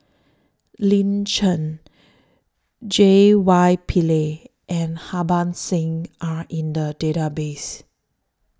Lin Chen J Y Pillay and Harbans Singh Are in The Database